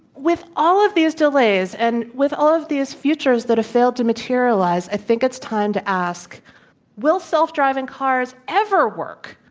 with all of these delays and with all of these futures that have failed to materialize, i think it's time to ask will self-driving cars ever work?